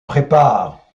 prépare